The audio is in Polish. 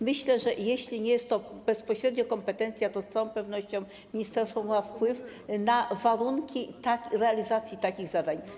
Myślę, że jeśli nie jest to bezpośrednio kompetencja, to z całą pewnością ministerstwo ma wpływ na warunki realizacji takich zadań.